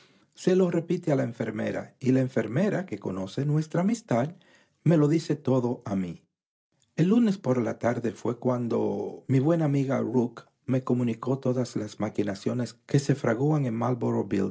se lo repite a la enfermera y la enfermera que conoce nuestra amistad me lo dice a mí el lunes por la tarde fué cuando mi buena amiga rook me comunicó todas las maquinaciones que se fraguan en